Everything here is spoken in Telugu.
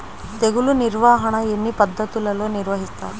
తెగులు నిర్వాహణ ఎన్ని పద్ధతులలో నిర్వహిస్తారు?